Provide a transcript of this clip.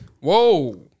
Whoa